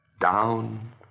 Down